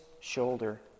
shoulder